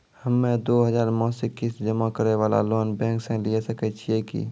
हम्मय दो हजार मासिक किस्त जमा करे वाला लोन बैंक से लिये सकय छियै की?